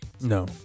No